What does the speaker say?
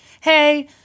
hey